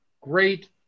great